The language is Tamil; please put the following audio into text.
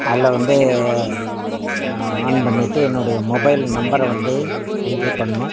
அதில் வந்து ஆன் பண்ணிவிட்டு என்னுடைய மொபைல் நம்பரை வந்து என்ட்ரி பண்ணணும்